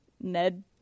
Ned